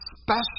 special